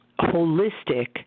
Holistic